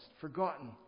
forgotten